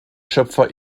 schöpfer